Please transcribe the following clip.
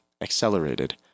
accelerated